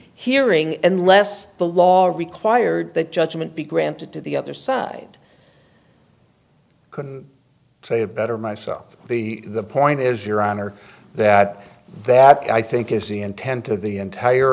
hearing and less the law required that judgment be granted to the other side could have better myself the point is your honor that that i think is the intent of the entire